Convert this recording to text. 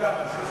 גם על זה.